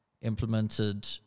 implemented